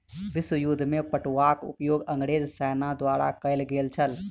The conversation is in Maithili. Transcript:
विश्व युद्ध में पटुआक उपयोग अंग्रेज सेना द्वारा कयल गेल छल